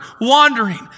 wandering